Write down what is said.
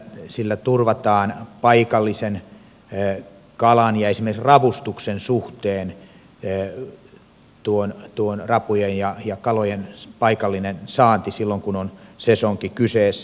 sillä turvataan paikallisen kalan ja esimerkiksi ravustuksen suhteen rapujen ja kalojen paikallinen saanti silloin kun on sesonki kyseessä